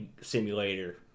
simulator